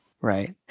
Right